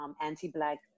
anti-black